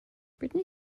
britney